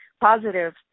Positive